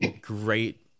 great